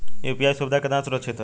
UPI सुविधा केतना सुरक्षित ह?